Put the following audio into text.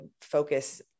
focus